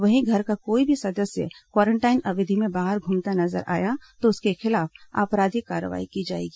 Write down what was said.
वहीं घर का कोई भी सदस्य क्वारेंटाइन अवधि में बाहर घूमता नजर आया तो उसके खिलाफ आपराधिक कार्रवाई की जाएगी